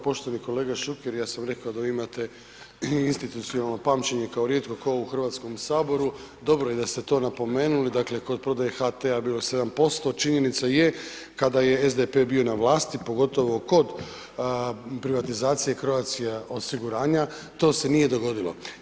Poštovani kolega Šuker, ja sam rekao da vi imate institucionalno pamćenje kao rijetko tko u Hrvatskom saboru, dobro je da ste to napomenuli, dakle kod prodaje HT-a bilo je 7%, činjenica je kada je SDP bio na vlasti, pogotovo kod privatizacije Croatia osiguranja, to se nije dogodilo.